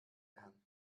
kann